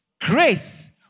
Grace